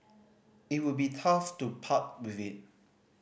it would be tough to part with it